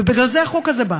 ובגלל זה החוק הזה בא.